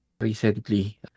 recently